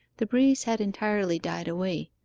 the breeze had entirely died away,